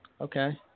okay